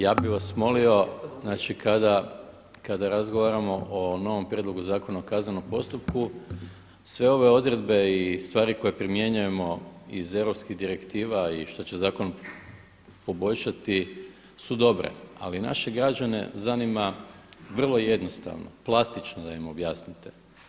Ja bih vas molio znači kada razgovaramo o novom Prijedlogu Zakona o kaznenom postupku sve ove odredbe i stvari koje primjenjujemo iz europskih direktiva i što će zakon poboljšati su dobre, ali naše građane zanima vrlo jednostavno, plastično da im objasnite.